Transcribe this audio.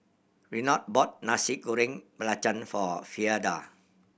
Renard bought Nasi Goreng Belacan for Frieda